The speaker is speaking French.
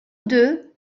deux